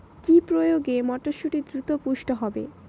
কি প্রয়োগে মটরসুটি দ্রুত পুষ্ট হবে?